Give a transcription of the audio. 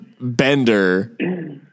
bender